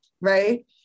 Right